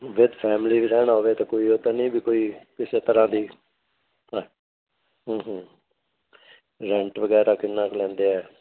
with family ਵੀ ਰਹਿਣ ਹੋਵੇ ਤਾਂ ਕੋਈ ਉਹ ਤਾਂ ਨਹੀਂ ਵੀ ਕੋਈ ਕਿਸੇ ਤਰ੍ਹਾਂ ਦੀ ਰੈਂਟ ਵਗੈਰਾ ਕਿੰਨਾ ਕੁ ਲੈਂਦੇ ਆ